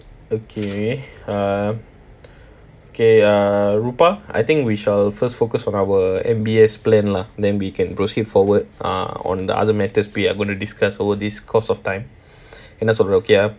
okay ah K err rupa I think we shall first focus on our M_B_S plan lah then we can proceed forward ah on the other matters that we are gonna discuss over this course of time and என்ன சொல்ற okay ஆஹ்:enna solra ookee aah